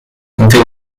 until